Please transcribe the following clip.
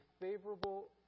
favorable